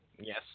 Yes